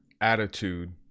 attitude